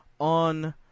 on